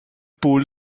pool